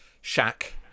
shack